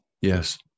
Yes